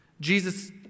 Jesus